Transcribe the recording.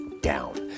down